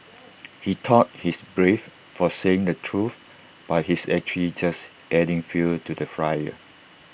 he thought he's brave for saying the truth but he's actually just adding fuel to the fire